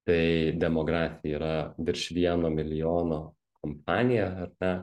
tai demografija yra virš vieno milijono kompanija ar ne